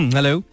Hello